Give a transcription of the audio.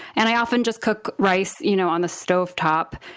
and i often just cook rice you know on the stove top.